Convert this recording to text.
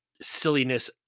silliness